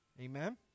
Amen